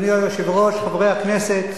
היושב-ראש, חברי הכנסת,